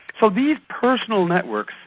so these personal networks